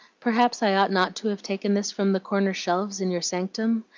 perhaps i ought not to have taken this from the corner shelves in your sanctum?